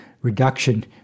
reduction